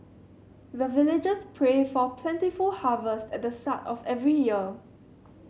the villagers pray for plentiful harvest at the start of every year